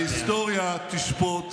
ההיסטוריה תשפוט,